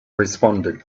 responded